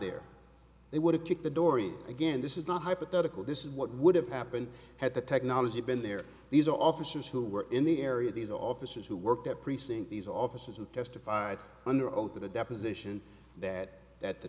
there they would have kicked the door again this is not hypothetical this is what would have happened had the technology been there these officers who were in the area these officers who worked at precinct these officers who testified under oath in a deposition that that the